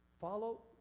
Follow